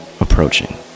approaching